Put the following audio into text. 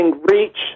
reach